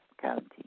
County